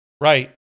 Right